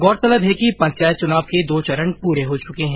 गौरतलब है कि पंचायत चुनाव के दो चरण पूरे हो चुके है